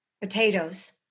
potatoes